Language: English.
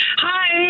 Hi